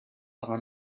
par